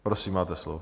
Prosím, máte slovo.